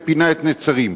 ופינה את נצרים.